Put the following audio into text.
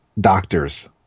doctor's